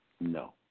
No